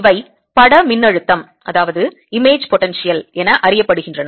இவை படம் மின்னழுத்தம் இமேஜ் பொட்டன்ஷியல் என அறியப்படுகின்றன